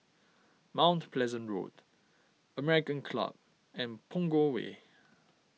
Mount Pleasant Road American Club and Punggol Way